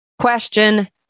Question